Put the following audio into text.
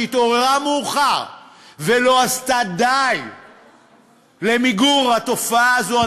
שהתעוררה מאוחר ולא עשתה די למיגור התופעה הזו,